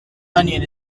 onion